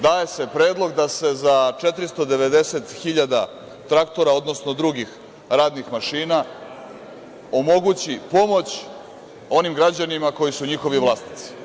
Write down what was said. Daje se predlog da se za 490 hiljada traktora, odnosno drugih radnih mašina omogući pomoć onim građanima koji su njihovi vlasnici.